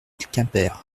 quimper